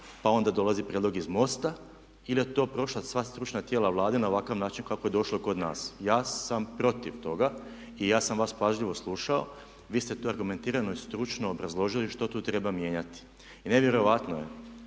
pa onda dolazi prijedlog iz MOST-a ili je to prošlo sva stručna tijela Vlade na ovakav način kako je došlo kod nas? Ja sam protiv toga i ja sam vas pažljivo slušao, vi ste tu argumentirano i stručno obrazložili što tu treba mijenjati. Nevjerojatno je